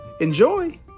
Enjoy